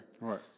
Right